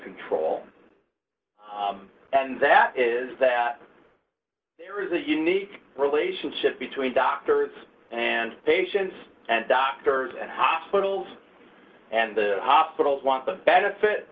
control and that is that there is a unique relationship between doctors and patients and doctors and hospitals and the hospitals want the benefit